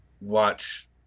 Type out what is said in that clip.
watch